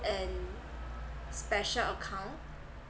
and special account